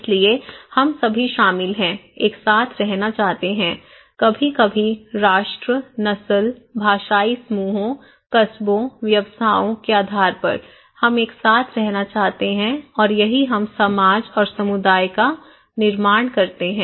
इसलिए हम सभी शामिल हैं एक साथ रहना चाहते हैं कभी कभी राष्ट्र नस्ल भाषाई समूहों कस्बों व्यवसायों के आधार पर हम एक साथ रहना चाहते हैं और यही हम समाज और समुदाय का निर्माण करते हैं